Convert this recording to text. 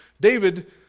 David